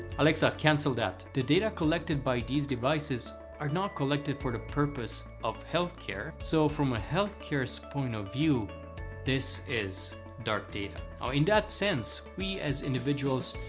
alexa canceled that! the data collected by these devices are not collected for the purpose of healthcare, so from a healthcare so point of view this is dark data. now, ah in that sense we, as individuals,